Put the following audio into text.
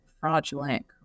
fraudulent